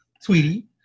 sweetie